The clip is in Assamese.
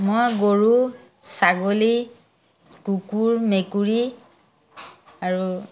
মই গৰু ছাগলী কুকুৰ মেকুৰী আৰু